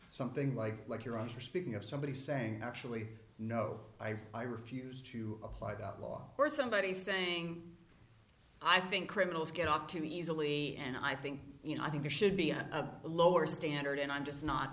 something like like your eyes are speaking of somebody saying actually no i i refuse to apply that law for somebody saying i think criminals get off too easily and i think you know i think there should be a lower standard and i'm just not